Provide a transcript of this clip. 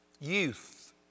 Youth